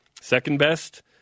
Second-best